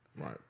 Right